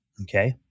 Okay